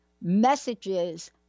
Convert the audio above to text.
messages